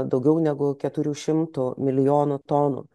daugiau negu keturių šimtų milijonų tonų